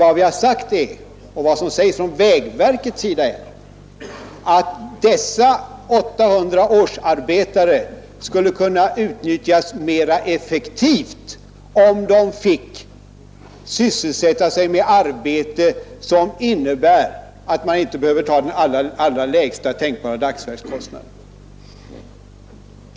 Vad vi har sagt och vad som sägs från vägverkets sida är att dessa 800 årsarbetare skulle kunna utnyttjas mera effektivt, om de sysselsattes med arbete som innebär att man inte behöver ta allra lägsta tänkbara dagsverkskostnad.